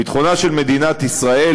ביטחונה של מדינת ישראל,